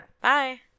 Bye